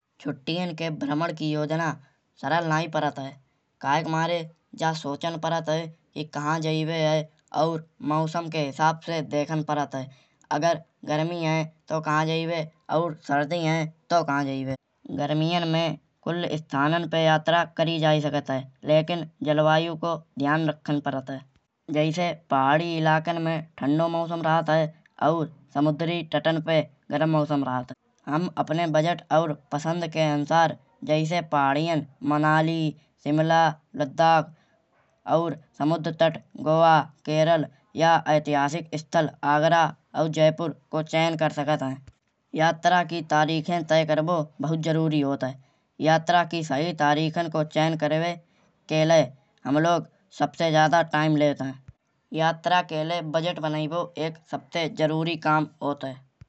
छुट्टियन के भ्रमण की योजना सरल नाईं परत है। काहे के मारे या सोचन परत है। कि कहां जैबे है और मौसम के हिसाब से देखन परत है। अगर गर्मी है तऊ कहां जैबे और सर्दी है तऊ कहां जैबे। गर्मियान में कुल स्थानन पे यात्रा करी जाये सकत है। लेकिन जलवायु को ध्यान रखन परत है। जैसे पहाड़ी इलाकन में ठंडो मौसम रहत है। समुद्री तट पर गरम मौसम रहत है। हम अपने बजट और पसंद के अनुसार जैसे पहाड़ियाँ मनाली, शिमला, लद्दाख और समुद्र तट गोवा, केरल या ऐतिहासिक स्थल आगरा और जयपुर को चयन कर सकत है। यात्रा की तारीखें तय करिबो बहुत जरूरी होत है। यात्रा की सही तारीखन को चयन करिवे के लाये हम लोग सबसे ज्यादा टाइम लेत है। यात्रा के लाये बजट बनाईबो एक सबसे जरूरी काम होत है।